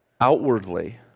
outwardly